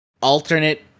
alternate